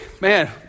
Man